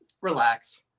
Relax